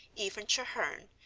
even treherne,